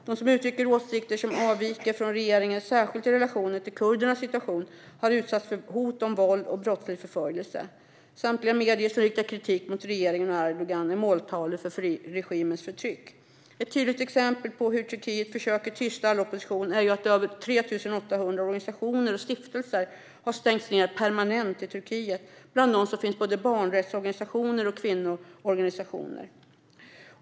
De som uttrycker åsikter som avviker från regeringens, särskilt i relation till kurdernas situation, har utsatts för hot om våld och brottslig förföljelse. Samtliga medier som riktar kritik mot regeringen och Erdogan är måltavlor för regimens förtryck. Ett tydligt exempel på hur Turkiet försöker tysta all opposition är att över 3 800 organisationer och stiftelser har stängts ned permanent i Turkiet. Bland dem finns både barnrätts och kvinnorättsorganisationer.